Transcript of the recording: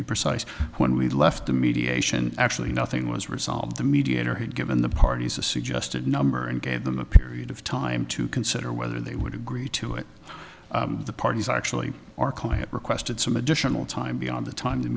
be precise when we left the mediation actually nothing was resolved the mediator had given the parties a suggested number and gave them a period of time to consider whether they would agree to it the parties actually our client requested some additional time beyond the time the